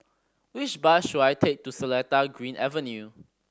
which bus should I take to Seletar Green Avenue